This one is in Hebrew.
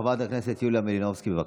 חברת הכנסת יוליה מלינובסקי, בבקשה.